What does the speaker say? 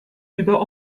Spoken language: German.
über